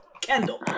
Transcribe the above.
Kendall